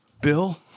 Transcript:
Bill